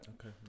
Okay